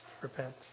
repent